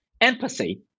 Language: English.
empathy